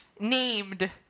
Named